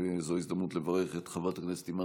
זו הזדמנות לברך את חברת הכנסת אימאן